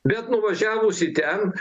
bet nuvažiavus į ten